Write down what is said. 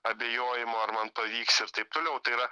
abejojimo ar man pavyks ir taip toliau tai yra